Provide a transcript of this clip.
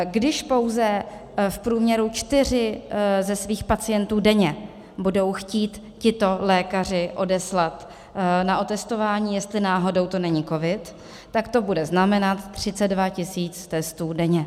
Když pouze v průměru čtyři ze svých pacientů denně budou chtít tito lékaři odeslat na otestování, jestli náhodou to není covid, tak to bude znamenat 32 000 testů denně.